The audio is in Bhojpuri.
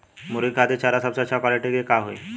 मुर्गी खातिर चारा सबसे अच्छा क्वालिटी के का होई?